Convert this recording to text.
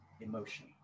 emotion